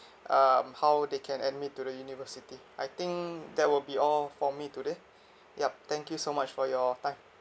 um how they can admit to the university I think that will be all for me today yup thank you so much for your time